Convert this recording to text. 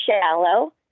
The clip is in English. shallow